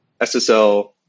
SSL